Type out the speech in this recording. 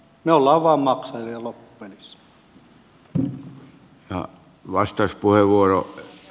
me olemme vain maksajia loppupelissä